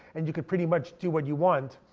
and you could pretty much do what you want.